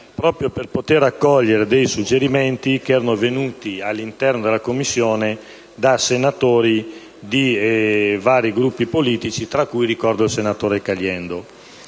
proprio per poter raccogliere dei suggerimenti pervenuti all'interno della Commissione da senatori di vari Gruppi politici, tra cui ricordo il senatore Caliendo.